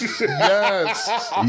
Yes